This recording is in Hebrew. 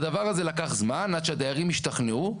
והדבר הזה לקח זמן, עד שהדיירים השתכנעו.